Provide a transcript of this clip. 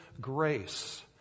grace